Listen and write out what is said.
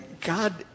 God